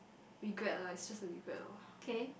regret lah it's just a regret loh